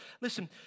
Listen